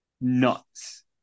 nuts